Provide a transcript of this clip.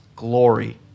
glory